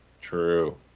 True